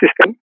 system